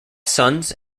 sons